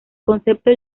concepto